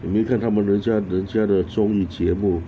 你没有看他们在他们的在那个综艺节目